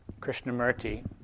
Krishnamurti